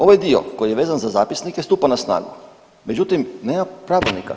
Ovo je dio koji je vezan za zapisnike, stupa na snagu, međutim, nema pravilnika.